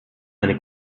eine